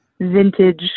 Vintage